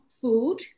food